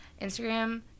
Instagram